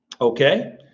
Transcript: okay